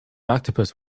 octopus